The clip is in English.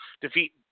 defeat